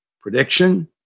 Prediction